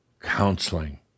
counseling